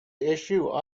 issue